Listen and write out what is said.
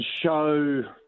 show